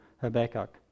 Habakkuk